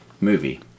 movie